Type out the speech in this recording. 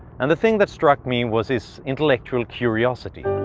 and the thing that struck me was his intellectual curiosity.